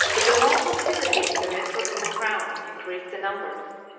but the long hostility of the mitre and the crown increased the numbers,